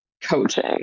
coaching